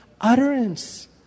utterance